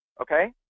okay